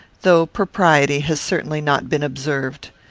though propriety has certainly not been observed.